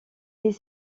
est